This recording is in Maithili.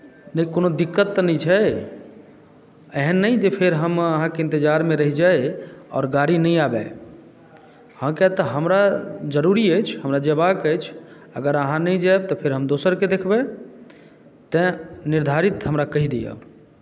नहि कोनो दिक्कत तऽ नहि छै एहन नहि जे फेर हम अहाँके इन्तजारमे रहि जाइ आओर गाड़ी नहि आबय हँ कियाक तऽ हमरा जरूरी अछि जेबाक अछि अगर अहाँ नहि जायब तऽ फेर हम दोसरकेँ देखबै तैँ निर्धारित हमरा कहि दिअ